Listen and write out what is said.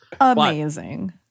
Amazing